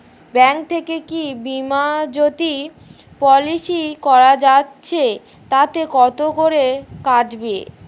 Bank থেকে কী বিমাজোতি পলিসি করা যাচ্ছে তাতে কত করে কাটবে?